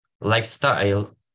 lifestyle